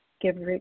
Give